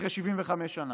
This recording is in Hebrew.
אחרי 75 שנה.